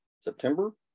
September